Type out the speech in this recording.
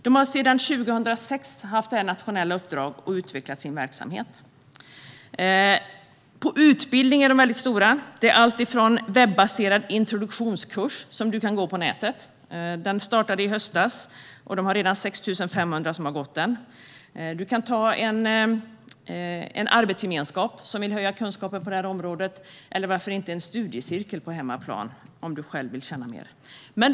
De har sedan 2006 haft det nationella uppdraget och utvecklat sin verksamhet. På utbildning är de väldigt stora. Det finns till exempel en webbaserad introduktionskurs som du kan gå på nätet och som startade i höstas. De har redan 6 500 som har gått den. Du kan gå en kurs i arbetsgemenskap som vill höja kunskapen på området eller varför inte en studiecirkel på hemmaplan om du själv vill känna till mer.